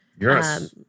Yes